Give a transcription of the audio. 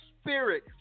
spirit